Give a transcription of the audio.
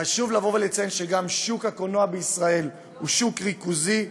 חשוב לציין גם ששוק הקולנוע בישראל הוא שוק ריכוזי,